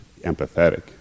empathetic